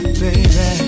baby